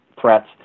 threats